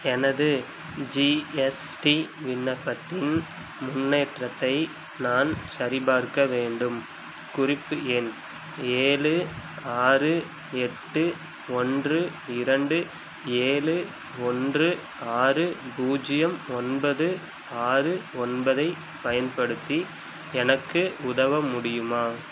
எனது ஜிஎஸ்டி விண்ணப்பத்தின் முன்னேற்றத்தை நான் சரிபார்க்க வேண்டும் குறிப்பு எண் ஏழு ஆறு எட்டு ஒன்று இரண்டு ஏழு ஒன்று ஆறு பூஜ்ஜியம் ஒன்பது ஆறு ஒன்பதை பயன்படுத்தி எனக்கு உதவ முடியுமா